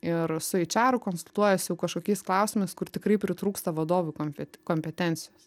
ir su eičeru konsultuojuosi jaukažkokiais klausimais kur tikrai pritrūksta vadovų konfe kompetencijos